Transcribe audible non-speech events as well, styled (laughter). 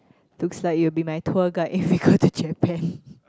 looks like you'll be my tour guide when we go to Japan (laughs)